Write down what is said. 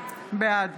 בעד